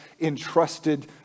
entrusted